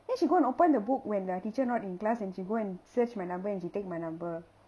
then she go and open the book when the teacher not in class and she go and search my number and she take my number